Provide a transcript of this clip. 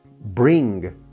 bring